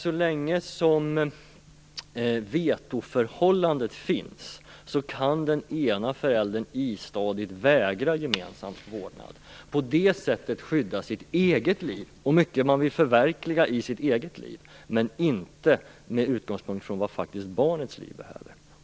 Så länge som vetoförhållandet finns kan den ena föräldern istadigt vägra gemensam vårdnad och på det sättet skydda sitt eget liv och mycket man vill förverkliga i sitt eget liv. Men det sker inte med utgångspunkt från vad barnets liv faktiskt behöver.